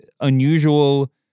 unusual